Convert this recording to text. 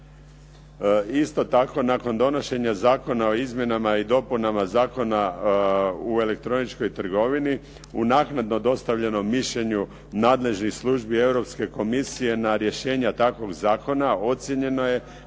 Isto tako, nakon donošenja Zakona o izmjenama i dopunama Zakona u elektroničkoj trgovini u naknadno dostavljenom mišljenju nadležnih službi Europske komisije na rješenja takvog zakona ocjenjeno je